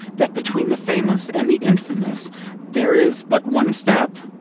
that between the famous and the infamous there is but one step,